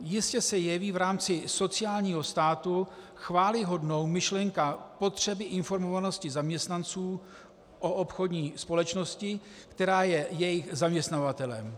Jistě se jeví v rámci sociálního státu chvályhodnou myšlenka potřeby informovanosti zaměstnanců o obchodní společnosti, která je jejich zaměstnavatelem.